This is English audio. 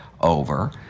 over